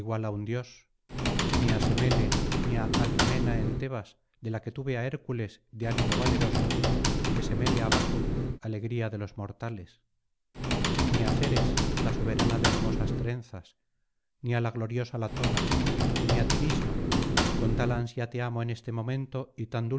á un dios ni á semele ni á alcmena en tebas de la que tuve á hércules de ánimo valeroso y de semele á baco alegría de los mortales ni á ceres la soberana de hermosas trenzas ni á la gloriosa latona ni á ti misma con tal ansia te amo en este momento y